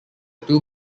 two